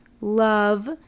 love